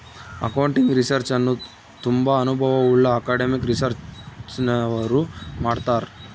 accounting research ಅನ್ನು ತುಂಬಾ ಅನುಭವವುಳ್ಳ ಅಕಾಡೆಮಿಕ್ ರಿಸರ್ಚ್ನವರು ಮಾಡ್ತರ್